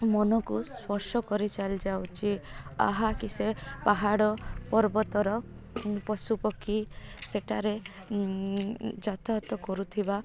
ମନକୁ ସ୍ପର୍ଶ କରି ଚାଲି ଯାଉଛି ଆହା କି ସେ ପାହାଡ଼ ପର୍ବତର ପଶୁପକ୍ଷୀ ସେଠାରେ ଯାତାୟାତ କରୁଥିବା